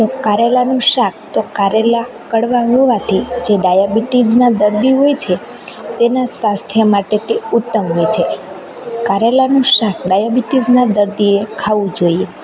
તો કારેલાનું શાક તો કારેલા કડવા હોવાથી જે ડાયાબિટીસના દર્દીઓ હોય છે તેનાં સ્વાસ્થ્ય માટે તે ઉત્તમ હોય છે કારેલાનું શાક ડાયાબિટીસના દર્દીએ ખાવું જોઈએ